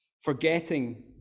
Forgetting